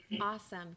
Awesome